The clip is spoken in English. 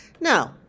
no